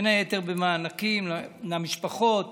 בין היתר במענקים למשפחות